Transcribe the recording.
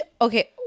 Okay